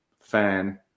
fan